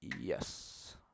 Yes